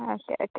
okay okay